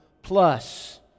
Plus